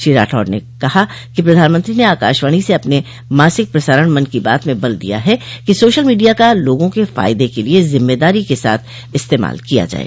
श्री राठौड़ ने कहा कि प्रधानमंत्री ने आकाशवाणी से अपने मासिक प्रसारण मन की बात में बल दिया है कि सोशल मीडिया का लोगों के फायदे के लिए जिम्मेदारी के साथ इस्तेमाल किया जाये